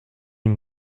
une